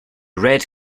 red